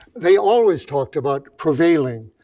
they always talked about prevailing,